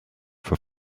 for